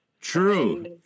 True